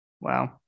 Wow